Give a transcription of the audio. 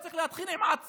הוא צריך להתחיל עם עצמו.